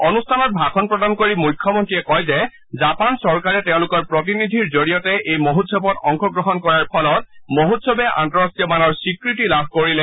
অনুষ্ঠানত ভাষণ প্ৰদান কৰি মুখ্যমন্ত্ৰীয়ে কয় যে জাপান চৰকাৰে তেওঁলোকৰ প্ৰতিনিধিৰ জৰিয়তে এই মহোৎসৱত অংশগ্ৰহণ কৰাৰ ফলত মহোৎসৱে আন্তঃৰাষ্ট্ৰীয় মানৰ স্বীকৃতি লাভ কৰিলে